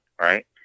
right